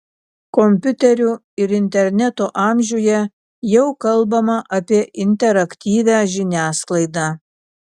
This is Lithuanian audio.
kompiuterių ir interneto amžiuje jau kalbama apie interaktyvią žiniasklaidą